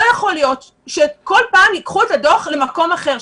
לא יכול להיות שכל פעם ייקחו את הדוח למקום אחר.